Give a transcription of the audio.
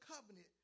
covenant